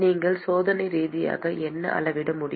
நீங்கள் சோதனை ரீதியாக என்ன அளவிட முடியும்